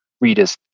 readers